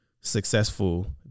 successful